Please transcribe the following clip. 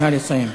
נא לסיים.